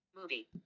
Movie